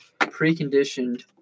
preconditioned